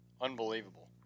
unbelievable